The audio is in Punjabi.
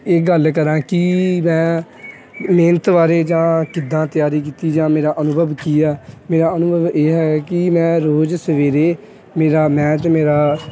ਇਹ ਗੱਲ ਕਰਾਂ ਕਿ ਮੈਂ ਮਿਹਨਤ ਬਾਰੇ ਜਾਂ ਕਿੱਦਾਂ ਤਿਆਰੀ ਕੀਤੀ ਜਾਂ ਮੇਰਾ ਅਨੁਭਵ ਕੀ ਹੈ ਮੇਰਾ ਅਨੁਭਵ ਇਹ ਹੈ ਕਿ ਮੈਂ ਰੋਜ਼ ਸਵੇਰੇ ਮੇਰਾ ਮੈਂ ਅਤੇ ਮੇਰਾ